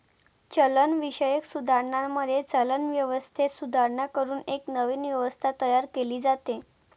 चलनविषयक सुधारणांमध्ये, चलन व्यवस्थेत सुधारणा करून एक नवीन व्यवस्था तयार केली जाते